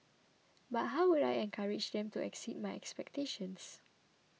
but how would I encourage them to exceed my expectations